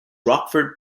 rockford